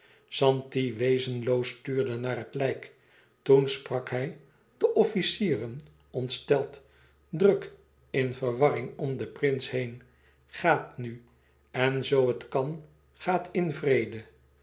zanti wezenloos tuurde naar het lijk toen sprak hij de officieren ontsteld druk in verwarring om den prins heen gaat nu en zoo het kan gaat in vrede